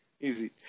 Easy